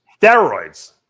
Steroids